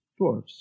Dwarves